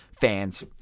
fans